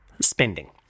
spending